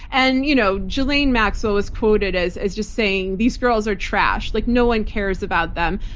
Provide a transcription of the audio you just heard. and you know ghislaine maxwell was quoted as as just saying these girls are trash. like no one cares about them.